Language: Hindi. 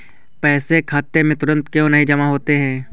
पैसे खाते में तुरंत क्यो नहीं जमा होते हैं?